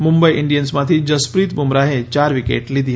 મુંબઈ ઈન્ડિયન્સમાંથી જસપ્રીત બુમરાહે ચાર વિકેટ લીધી